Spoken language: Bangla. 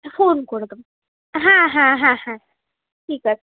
ফোন করে দেবো হ্যাঁ হ্যাঁ হ্যাঁ হ্যাঁ ঠিক আছে